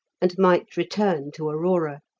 and might return to aurora,